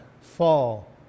fall